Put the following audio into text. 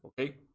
okay